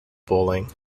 bowling